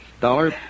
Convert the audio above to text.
Dollar